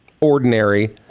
ordinary